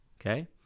okay